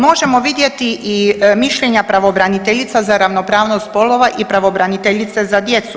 Možemo vidjeti i mišljenja pravobraniteljica za ravnopravnost spolova i pravobraniteljice za djecu.